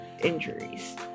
injuries